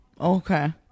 Okay